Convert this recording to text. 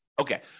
Okay